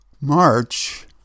March